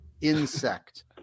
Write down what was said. Insect